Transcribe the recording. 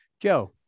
Joe